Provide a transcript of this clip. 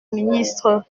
ministre